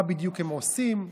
מה בדיוק הם עושים.